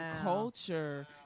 culture